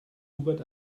hubert